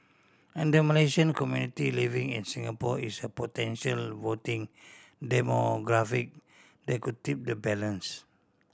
and the Malaysian community living in Singapore is a potential voting demographic that could tip the balance